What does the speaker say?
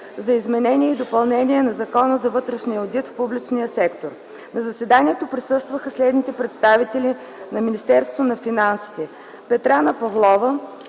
за изменение и допълнение на Закона за вътрешния одит в публичния сектор. На заседанието присъстваха следните представители на Министерството на финансите: